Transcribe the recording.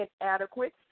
inadequate